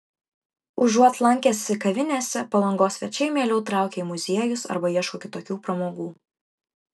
užuot lankęsi kavinėse palangos svečiai mieliau traukia į muziejus arba ieško kitokių pramogų